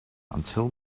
until